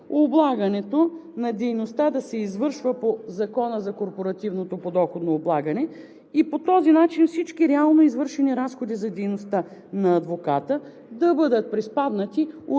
облагането на дейността да се извършва по Закона за корпоративното подоходно облагане и по този начин всички реално извършени разходи за дейността на адвоката да бъдат приспаднати